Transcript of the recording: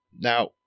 Now